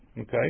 Okay